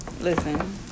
Listen